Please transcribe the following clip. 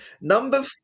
Number